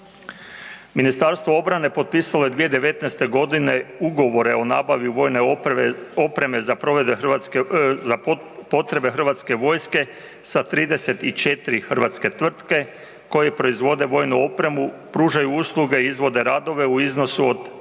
obuke. MORH potpisalo je 2019. g. ugovore o nabavi vojne opreme za potrebe Hrvatske vojske sa 34 hrvatske tvrtke koje proizvode vojnu opremu, pružaju usluge i izvode radove u iznosu od